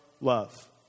love